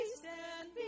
stand